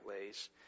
ways